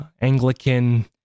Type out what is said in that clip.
Anglican